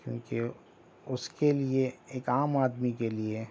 کیونکہ اس کے لیے ایک عام آدمی کے لیے